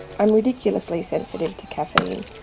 i'm ridiculously sensitive to caffeine,